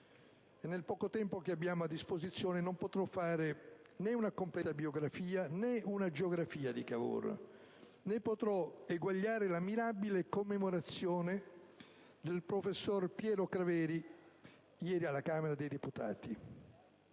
Nel poco tempo a disposizione non potrò fare né una completa biografia, né una agiografia di Cavour, né potrò eguagliare la mirabile commemorazione del professor Piero Craveri, ieri, alla Camera dei deputati.